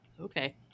Okay